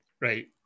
right